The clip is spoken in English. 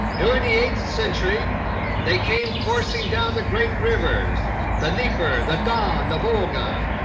during the eighth century they came coursing down the great rivers the dnieper, the don, the volga.